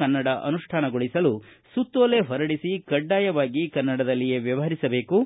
ಕನ್ನಡ ಅನುಷ್ಠಾನಗೊಳಿಸಲು ಸುತ್ತೋಲೆ ಹೊರಡಿಸಿ ಕಡ್ಡಾಯವಾಗಿ ಕನ್ನಡಲ್ಲಿಯೇ ವ್ಯವಹರಿಸಬೇಕು